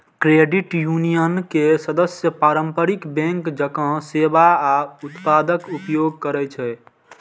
credit union के सदस्य पारंपरिक बैंक जकां सेवा आ उत्पादक उपयोग करै छै